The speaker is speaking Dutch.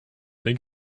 denk